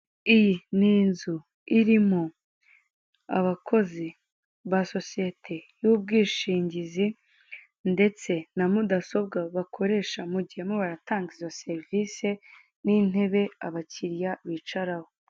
Iyi ni inzu irimo abakozi ba sosiyete y'ubwishingizi, ndetse na mudasobwa bakoresha mu gihe barimo baratanga izo serivise, n'intebe abakiriya bicaraho.